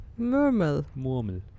Murmel